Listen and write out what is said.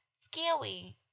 scary